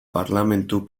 parlementu